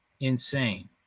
Insane